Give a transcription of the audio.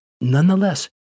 nonetheless